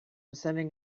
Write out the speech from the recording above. sending